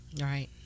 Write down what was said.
Right